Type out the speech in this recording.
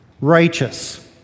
Righteous